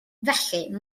felly